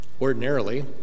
Ordinarily